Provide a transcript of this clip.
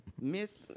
Miss